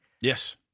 Yes